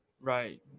Right